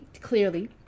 clearly